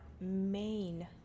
main